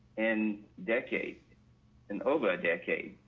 and decade in over a decade,